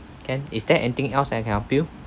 can is there anything else I can help you